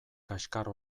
kaskar